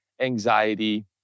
anxiety